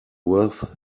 worth